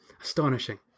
Astonishing